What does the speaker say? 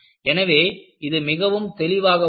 எனவே இது மிகவும் தெளிவாக உள்ளது